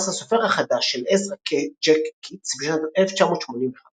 הסופר החדש של עזרא ג'ק קיטס בשנת 1985,